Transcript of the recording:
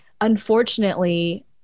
unfortunately